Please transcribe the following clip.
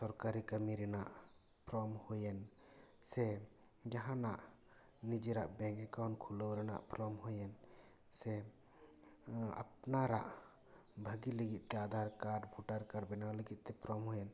ᱥᱚᱨᱠᱟᱨᱤ ᱠᱟᱹᱢᱤ ᱨᱮᱱᱟᱜ ᱯᱷᱨᱚᱢ ᱦᱩᱭᱮᱱ ᱥᱮ ᱡᱟᱦᱟᱸᱱᱟᱜ ᱱᱤᱡᱮᱨᱟᱜ ᱵᱮᱝᱠ ᱮᱠᱟᱣᱩᱱᱴ ᱠᱷᱩᱞᱟᱹᱣ ᱨᱮᱱᱟᱜ ᱯᱷᱨᱚᱢ ᱦᱩᱭᱮᱱ ᱥᱮ ᱟᱯᱱᱟᱨᱟᱜ ᱵᱷᱟᱹᱜᱤ ᱞᱟᱹᱜᱤᱫ ᱛᱮ ᱟᱫᱷᱟᱨ ᱠᱟᱨᱰ ᱵᱷᱳᱴᱟᱨ ᱠᱟᱨᱰ ᱵᱮᱱᱟᱣ ᱞᱟᱹᱜᱤᱫ ᱛᱮ ᱯᱷᱨᱚᱢ ᱦᱩᱭᱮᱱ